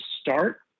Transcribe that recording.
start